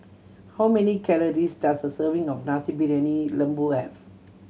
how many calories does a serving of Nasi Briyani Lembu have